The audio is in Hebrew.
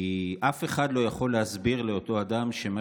כי אף אחד לא יכול להסביר לאותו אדם שמה